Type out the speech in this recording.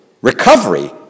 Recovery